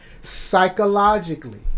Psychologically